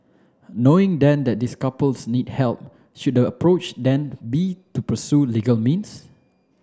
knowing then that this couples need help should approach then be to pursue legal means